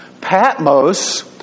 Patmos